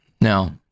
now